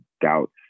doubts